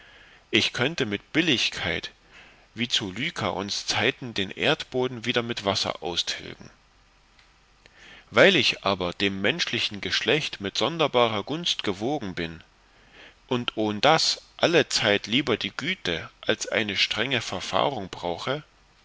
ich könnte mit billigkeit wie zu lykaons zeiten den erdboden wieder mit wasser austilgen weil ich aber dem menschlichen geschlecht mit sonderbarer gunst gewogen bin und ohndas allezeit lieber die güte als eine strenge verfahrung brauche